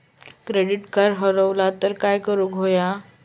Credit card हरवला तर काय करुक होया?